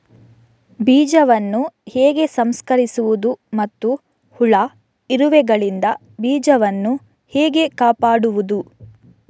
ಬೀಜವನ್ನು ಹೇಗೆ ಸಂಸ್ಕರಿಸುವುದು ಮತ್ತು ಹುಳ, ಇರುವೆಗಳಿಂದ ಬೀಜವನ್ನು ಹೇಗೆ ಕಾಪಾಡುವುದು?